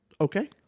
Okay